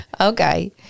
Okay